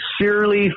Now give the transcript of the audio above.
sincerely